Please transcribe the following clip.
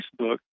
Facebook